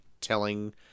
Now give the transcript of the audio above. telling